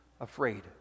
afraid